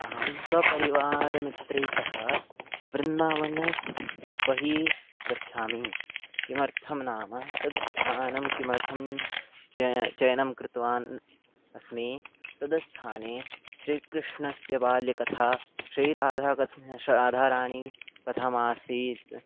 अहं स्वपरिवारमित्रैः सह वृन्दावनस्य बहिः गच्छामि किमर्थं नाम तद् स्थानं किमर्थं च चयनं कृतवान् अस्मि तद् स्थाने श्रीकृष्णस्य बालकथा श्रीराधा राधाराणी कथमासीत्